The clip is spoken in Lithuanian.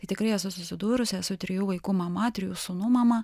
tai tikrai esu susidūrusi esu trijų vaikų mama trijų sūnų mama